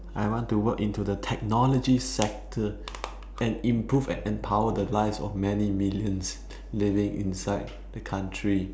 I want to work into the technology sector and improve and empower the lives of many millions living inside the country